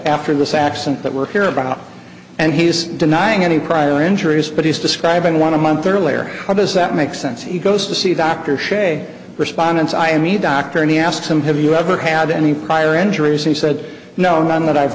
after this accident that we're here about oh and he's denying any prior injuries but he's describing want to month earlier how does that make sense he goes to see a doctor shay respondents i meet doctor and he asks him have you ever had any prior injuries he said no none that i've